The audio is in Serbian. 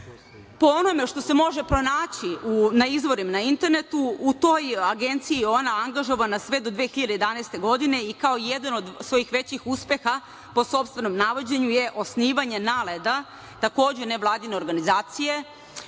Po onome što se može pronađi na izvorima, na internetu u toj agenciji je ona angažovana sve do 2011. godine i kao jedan od svojih većih uspeha po sopstvenom navođenju je osnivanje NALED-a, takođe nevladine organizacije